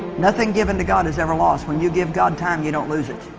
nothing given to god has ever lost when you give god time you don't lose it